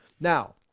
Now